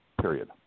period